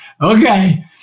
Okay